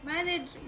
Manage